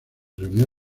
reunió